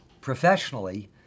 Professionally